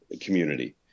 community